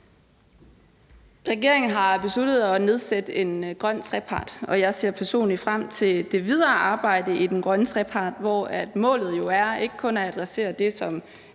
Regeringen har besluttet at nedsætte en grøn trepart. Og jeg ser personligt frem til det videre arbejde i den grønne trepart, hvor målet jo ikke kun er at adressere det, som